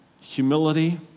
Humility